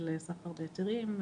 של סחר בהיתרים,